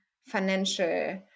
financial